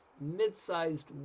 mid-sized